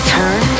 Turn